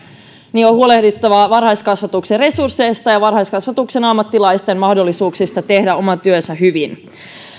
niin on huolehdittava varhaiskasvatuksen resursseista ja varhaiskasvatuksen ammattilaisten mahdollisuuksista tehdä oma työnsä hyvin